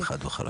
חד וחלק.